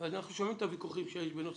אז אנחנו שומעים את הוויכוחים שיש בנושא